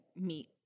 meet